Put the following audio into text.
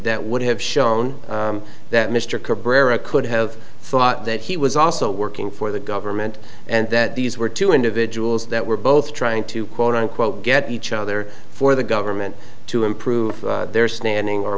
that would have shown that mr cobb rare a could have thought that he was also working for the government and that these were two individuals that were both trying to quote unquote get each other for the government to improve their standing or